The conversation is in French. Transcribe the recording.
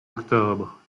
octobre